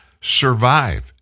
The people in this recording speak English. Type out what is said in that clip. survive